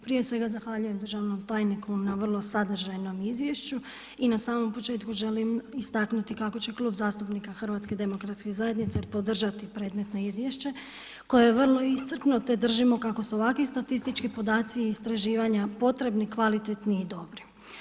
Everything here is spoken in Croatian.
Prije svega zahvaljujem Državnom tajniku na vrlo sadržajnom izvješću i na samom početku želim istaknuti kako će klub zastupnika HDZ-a podržati predmetno izvješće koje je vrlo iscrpno te držimo kako se ovakvi statistički podaci i istraživanja potrebni, kvalitetni i dobri.